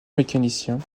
mécanicien